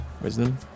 Wisdom